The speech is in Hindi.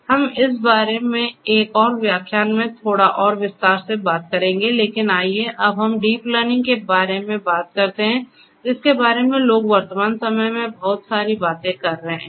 हम इस बारे में एक और व्याख्यान में थोड़ा और विस्तार से बात करेंगे लेकिन आइए अब हम डीप लर्निंग के बारे में बात करते हैं जिसके बारे में लोग वर्तमान समय में बहुत सारी बातें कर रहे हैं